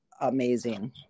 amazing